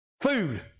Food